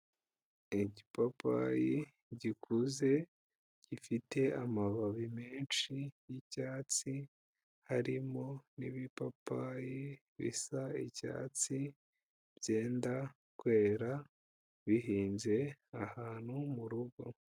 Igipapayi gikuze gifite amababi menshi yicyatsi harimo n'ibipapa bisa nk'icyatsi byenda kwera bihinze ahantu mu rugo.